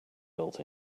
built